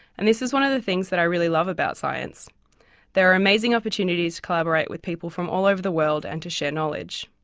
and this is one of the things that i really love about science there are amazing opportunities to collaborate with people from all over the world and to share knowledge.